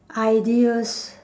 ideas